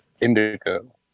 Indigo